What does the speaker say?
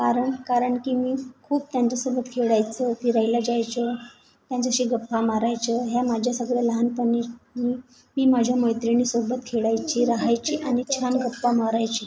कारण कारण की मी खूप त्यांच्यासोबत खेळायचं फिरायला जायचं त्यांच्याशी गप्पा मारायचं ह्या माझ्या सगळ्या लहानपणी मी मी माझ्या मैत्रिणीसोबत खेळायची राहायची आणि छान गप्पा मारायची